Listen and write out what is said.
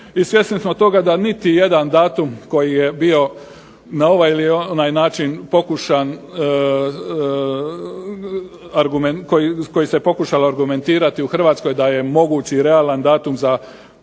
I svjesni smo toga da niti jedan datum koji je bio na ovaj ili onaj način pokušan, koji se pokušalo argumentirati u Hrvatskoj da je moguć i realan datum za završetak